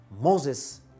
Moses